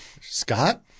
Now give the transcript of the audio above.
Scott